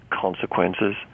consequences